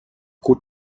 gut